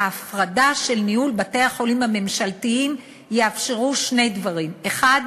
ההפרדה של ניהול בתי-החולים הממשלתיים תאפשר שני דברים: האחד,